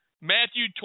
Matthew